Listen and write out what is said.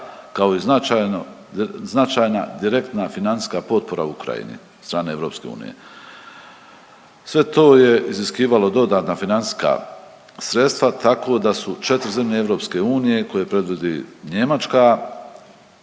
kao i značajna direktna financijska potpora Ukrajini od strane EU. Sve to je iziskivalo dodatna financijska sredstva tako da su 4 zemlje EU koje predvodi Njemačka